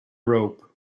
robe